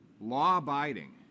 law-abiding